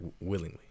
willingly